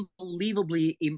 unbelievably